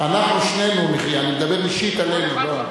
ריבלין מתושלח.